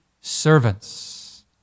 servants